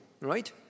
right